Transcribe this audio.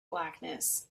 blackness